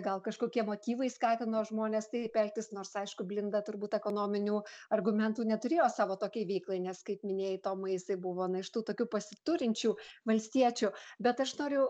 gal kažkokie motyvai skatino žmones taip elgtis nors aišku blinda turbūt ekonominių argumentų neturėjo savo tokiai veiklai nes kaip minėjai tomai jisai buvo na iš tų tokių pasiturinčių valstiečių bet aš noriu